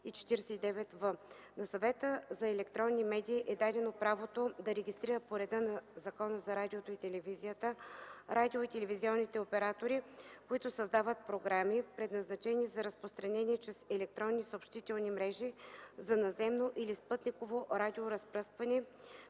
и 49в. На Съвета за електронни медии е дадено правото да регистрира по реда на Закона за радиото и телевизията радио- и телевизионните оператори, които създават програми, предназначени за разпространение чрез електронни съобщителни мрежи за наземно или спътниково радиоразпръскване,